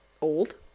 old